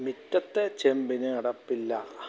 മുറ്റത്തെ ചെപ്പിന് അടപ്പില്ല